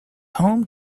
home